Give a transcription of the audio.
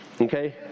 Okay